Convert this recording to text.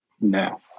no